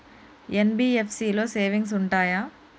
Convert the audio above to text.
NBFC లో savings ఉంటయా?